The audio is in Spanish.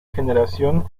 generación